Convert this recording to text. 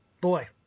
boy